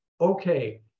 okay